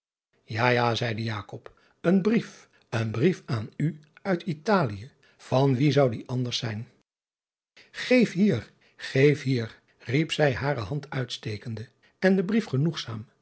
a ja zeide en brief een brief aan u uit talie an wien zou die anders zijn eef hier geef hier riep zij hare hand uitstekende en den brief genoegzaam